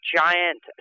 giant